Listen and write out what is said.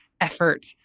effort